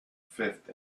fifth